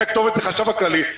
אולי הכתובת זה החשב הכללי,